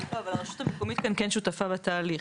לא, אבל הרשות המקומית כאן כן שותפה לתהליך.